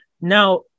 Now